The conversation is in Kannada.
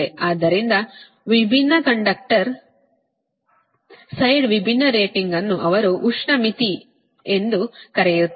ಆದ್ದರಿಂದ ವಿಭಿನ್ನ ಕಂಡಕ್ಟರ್ ಸೈಡ್ ವಿಭಿನ್ನ ರೇಟಿಂಗ್ ಅನ್ನು ಅವರು ಉಷ್ಣ ಮಿತಿ ಎಂದು ಕರೆಯುತ್ತಾರೆ